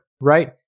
right